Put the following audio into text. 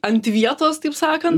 ant vietos taip sakant